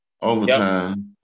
overtime